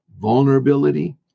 vulnerability